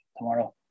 tomorrow